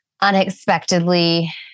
unexpectedly